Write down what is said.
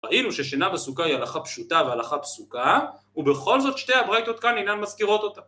ראינו ששינה בסוכה היא הלכה פשוטה והלכה פסוקה, ובכל זאת שתי הברייטות כאן אינן מזכירות אותה.